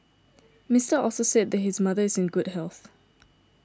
Mister Also said his mother is in good health